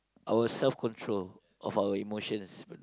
our self control of our emotions